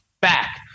back